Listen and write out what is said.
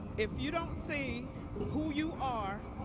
if you don't see who you are,